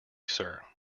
sir